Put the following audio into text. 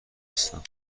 هستم